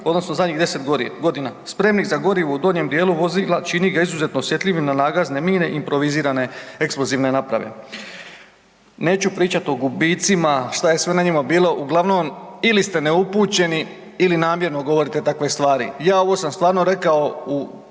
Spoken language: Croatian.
odnosno zadnjih 10 g., spremnik za gorivo u donjem dijelu vozila čini ga izuzetno osjetljivim na nagazne mine improvizirane eksplozivne naprave. Neću pričat o gubicima, šta je sve na njima bilo, uglavnom, ili ste neupućeni ili namjerno govorite takve stvari. Ja ovo sam stvarno rekao u